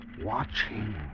Watching